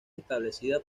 establecida